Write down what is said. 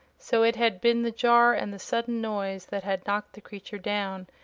so it had been the jar and the sudden noise that had knocked the creature down,